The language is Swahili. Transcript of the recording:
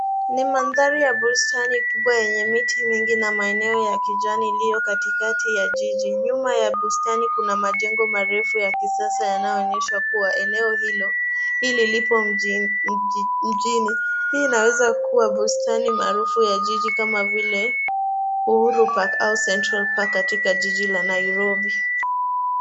Ni mandhari ya bustani kubwa yenye miti mingi na maeneo ya kijani iliyo katikati ya jiji. Nyuma ya bustani kuna majengo marefu ya kisasa yanayoonyesha kuwa eneo hilo lipo mjini. Hii inaweza kuwa bustani maarufu ya jiji kama vile Uhuru Park au Central Park katika jiji la Nairobi.